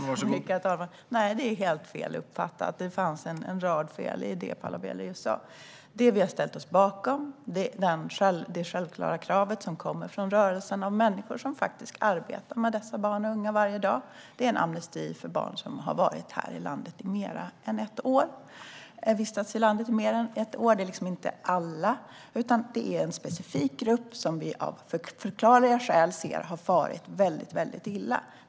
Herr talman! Nej, det är helt fel uppfattat. Det fanns en rad fel i det Paula Bieler just sa. Det vi har ställt oss bakom är det självklara krav som kommer från rörelsen av människor som faktiskt arbetar med dessa barn och unga varje dag. Det handlar om en amnesti för barn som har vistats här i landet i mer än ett år. Det gäller alltså inte alla, utan det är en specifik grupp som vi av förklarliga skäl ser har farit väldigt illa.